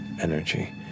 energy